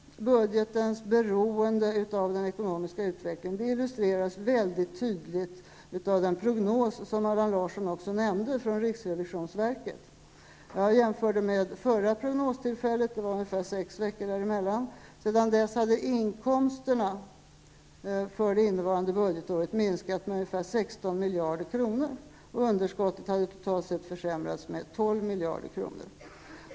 Budgetens beroende av den ekonomiska utvecklingen illustreras tydligt av den prognos från riksrevisionsverket som Allan Larsson också nämnde. Jag jämförde med förra prognostillfället, som var ungefär sex veckor tidigare. Sedan dess hade inkomsterna för innevarande budgetår minskat med ungefär 16 miljarder kronor och underskottet totalt sett försämrats med 12 miljarder kronor.